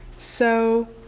so,